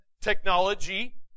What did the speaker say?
technology